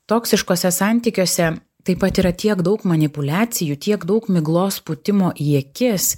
toksiškuose santykiuose taip pat yra tiek daug manipuliacijų tiek daug miglos pūtimo į akis